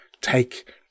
take